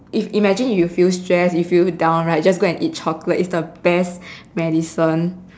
if imagine you feel sad you feel down right just go and eat chocolate it's the best medicine